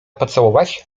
pocałować